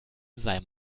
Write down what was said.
sei